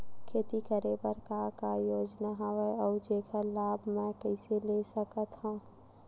खेती करे बर का का योजना हवय अउ जेखर लाभ मैं कइसे ले सकत हव?